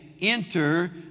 Enter